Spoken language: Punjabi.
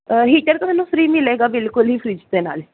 ਹੀਟਰ ਤੁਹਾਨੂੰ ਫ੍ਰੀ ਮਿਲੇਗਾ ਬਿਲਕੁਲ ਹੀ ਫਰਿੱਜ ਦੇ ਨਾਲ